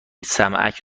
سمعک